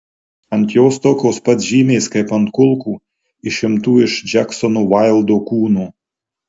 ant jos tokios pat žymės kaip ant kulkų išimtų iš džeksono vaildo kūno